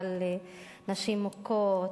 על נשים מוכות,